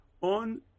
On